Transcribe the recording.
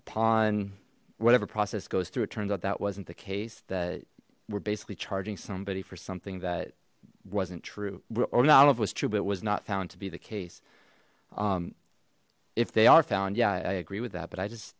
upon whatever process goes through it turns out that wasn't the case that we're basically charging somebody for something that wasn't true or not all of was true but it was not found to be the case if they are found yeah i agree with that but i just